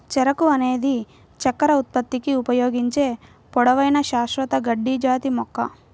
చెరకు అనేది చక్కెర ఉత్పత్తికి ఉపయోగించే పొడవైన, శాశ్వత గడ్డి జాతి మొక్క